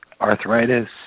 arthritis